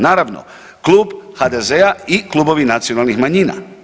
Naravno, klub HDZ-a i klubovi nacionalnih manjina.